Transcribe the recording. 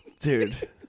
Dude